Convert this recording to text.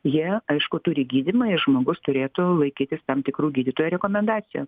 jie aišku turi gydymą ir žmogus turėtų laikytis tam tikrų gydytojų rekomendacijų